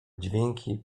dźwięki